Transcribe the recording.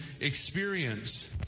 experience